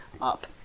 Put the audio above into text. up